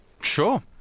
sure